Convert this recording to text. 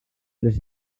tres